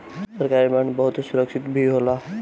सरकारी बांड बहुते सुरक्षित भी होला